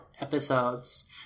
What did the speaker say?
episodes